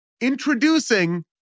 introducing